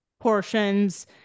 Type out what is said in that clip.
portions